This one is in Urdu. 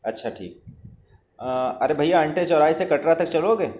اچھا ٹھیک ارے بھیا انٹے چوراہے سے کٹرا تک چلو گے